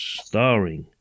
starring